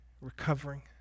recovering